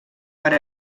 per